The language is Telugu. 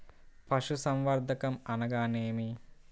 పశుసంవర్ధకం అనగానేమి?